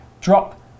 drop